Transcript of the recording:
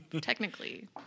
technically